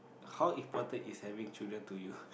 how important is have children to you